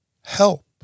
help